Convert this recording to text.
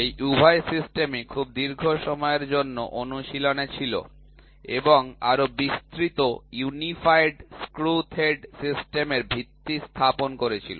এই উভয় সিস্টেমই খুব দীর্ঘ সময়ের জন্য অনুশীলনে ছিল এবং আরও বিস্তৃত ইউনিফাইড স্ক্রু থ্রেড সিস্টেমের ভিত্তি স্থাপন করেছিল